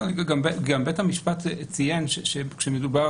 גם בית המשפט ציין שכאשר מדובר